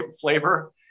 flavor